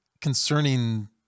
concerning